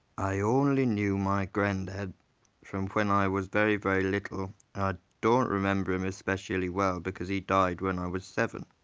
i only knew my granddad from when i was very very little, i don't remember him especially well because he died when i was seven.